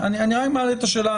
אני מעלה את השאלה.